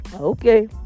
Okay